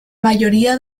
mayoría